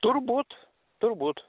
turbūt turbūt